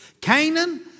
Canaan